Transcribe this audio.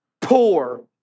poor